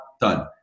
Done